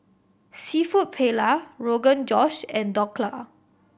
Seafood Paella Rogan Josh and Dhokla